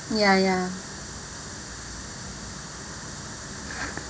ya ya